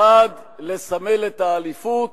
האחד, לסמל את האליפות,